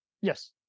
yes